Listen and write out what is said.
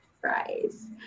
fries